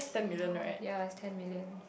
ya ya it's ten million